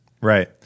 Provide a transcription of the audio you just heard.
Right